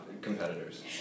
competitors